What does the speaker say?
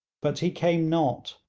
but he came not,